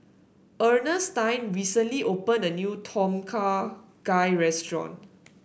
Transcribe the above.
Earnestine recently opened a new Tom Kha Gai restaurant